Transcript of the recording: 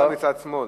השר מצד שמאל.